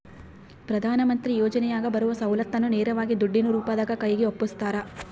ಪ್ರಧಾನ ಮಂತ್ರಿ ಯೋಜನೆಯಾಗ ಬರುವ ಸೌಲತ್ತನ್ನ ನೇರವಾಗಿ ದುಡ್ಡಿನ ರೂಪದಾಗ ಕೈಗೆ ಒಪ್ಪಿಸ್ತಾರ?